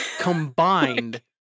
Combined